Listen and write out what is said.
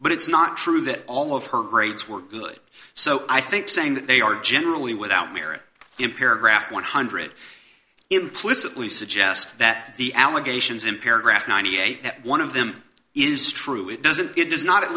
but it's not true that all of her grades were good so i think saying that they are generally without merit in paragraph one hundred implicitly suggest that the allegations in paragraph ninety eight that one of them is true it doesn't it does not